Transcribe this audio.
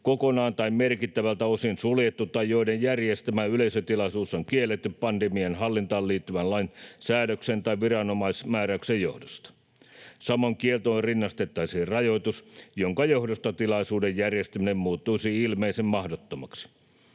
kokonaan tai merkittävältä osin suljettu tai joiden järjestämä yleisötilaisuus on kielletty pandemian hallintaan liittyvän lain säädöksen tai viranomaismääräyksen johdosta. Samoin kieltoon rinnastettaisiin rajoitus, jonka johdosta tilaisuuden järjestäminen muuttuisi ilmeisen mahdottomaksi.